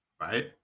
right